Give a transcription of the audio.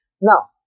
Now